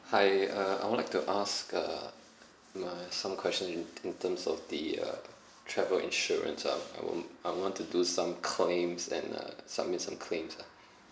hi uh I would like to ask uh m~ some question in in terms of the uh travel insurance uh I um I want to do some claims and uh submit some claims lah